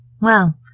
Well